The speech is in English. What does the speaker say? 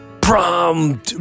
prom